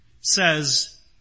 says